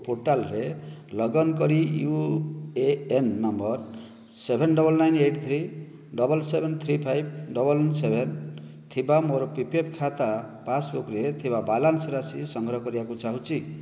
ପୋର୍ଟାଲ୍ରେ ଲଗ୍ଇନ୍ କରି U A N number seven double nine eight three double seven three five double one seven ଥିବା ମୋର P F ଖାତା ପାସ୍ବୁକ୍ରେ ଥିବା ବାଲାନ୍ସ ରାଶି ସଂଗ୍ରହ କରିବାକୁ ଚାହୁଁଛି